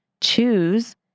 choose